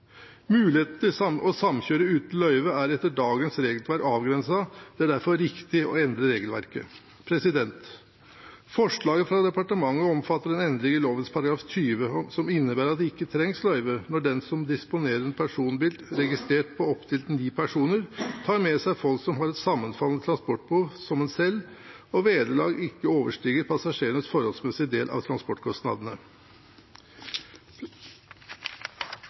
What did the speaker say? Muligheten til å samkjøre uten løyve er etter dagens regelverk avgrenset. Det er derfor riktig å endre regelverket. Forslaget fra departementet omfatter en endring i lovens § 20, som innebærer at det ikke trengs løyve når den som disponerer en personbil registrert på opptil ni personer, har med seg folk som har et sammenfallende transportbehov som en selv, og vederlaget ikke overstiger passasjerenes forholdsmessige del av transportkostnadene.